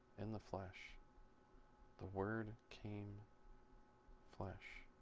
in the flush the word came flash